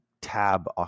tab